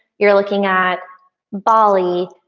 uou're looking at bali,